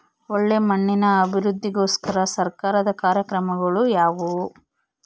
ಒಳ್ಳೆ ಮಣ್ಣಿನ ಅಭಿವೃದ್ಧಿಗೋಸ್ಕರ ಸರ್ಕಾರದ ಕಾರ್ಯಕ್ರಮಗಳು ಯಾವುವು?